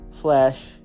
Flash